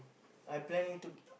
I planning to